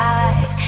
eyes